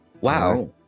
Wow